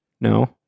No